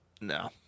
No